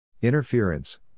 Interference